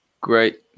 Great